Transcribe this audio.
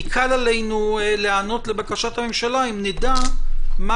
יקל עלינו להיענות לבקשת הממשלה אם נדע מה